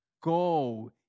go